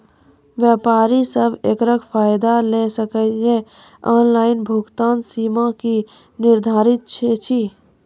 व्यापारी सब एकरऽ फायदा ले सकै ये? ऑनलाइन भुगतानक सीमा की निर्धारित ऐछि?